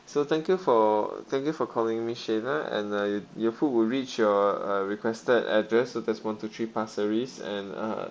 so thank you for thank you for calling miss shayla and uh your food will reach your uh requested addressed so that's one two three pasir ris and uh